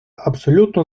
абсолютно